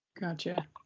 Gotcha